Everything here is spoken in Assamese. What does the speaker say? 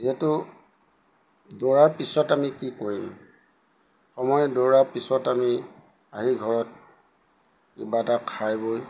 যিহেতু দৌৰাৰ পিছত আমি কি কৰিম সময় দৌৰাৰ পিছত আমি আহি ঘৰত কিবা এটা খাই বৈ